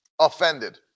offended